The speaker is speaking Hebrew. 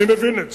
אני מבין את זה.